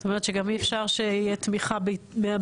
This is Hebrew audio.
זאת אומרת שגם אי אפשר שתהיה תמיכה מהבית,